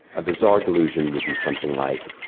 a bizarre delusion would be something like,